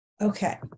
Okay